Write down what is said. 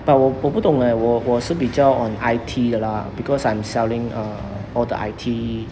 but 我我不懂 eh 我我是比较 on I_T 的 lah because I'm selling uh all the I_T